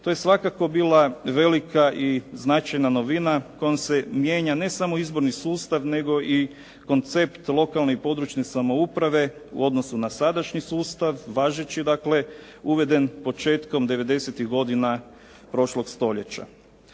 To je svakako bila velika i značajna novina kojom se mijenja ne samo izborni sustav nego i koncept lokalne i područne samouprave u odnosu na sadašnji sustav važeći dakle uveden početkom '90.-tih godina prošlog stoljeća.